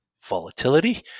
Volatility